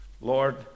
Lord